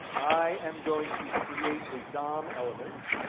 i am going to create a dom element,